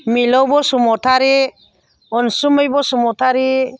Milou Basumatary Ansumai Basumatary